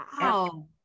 Wow